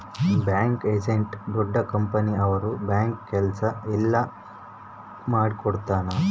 bank agent ದೊಡ್ಡ company ಅವ್ರ bank ಕೆಲ್ಸ ಎಲ್ಲ ಮಾಡಿಕೊಡ್ತನ